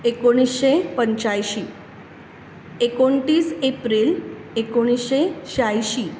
एकूणीशें पंचायशीं एकूणतीस एप्रील एकूणशें श्यांशीं